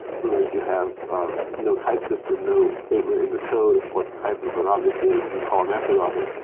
sometimes you have um no type system, no stable in the code of what the type of an object is, and you call a method of it.